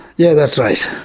yeah that's right.